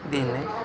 దీన్ని